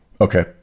Okay